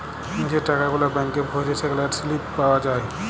যে টাকা গুলা ব্যাংকে ভ্যইরে সেগলার সিলিপ পাউয়া যায়